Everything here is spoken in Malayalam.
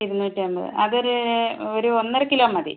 ഇരുന്നൂറ്റമ്പത് അത് ഒര് ഒരു ഒന്നര കിലോ മതി